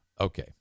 Okay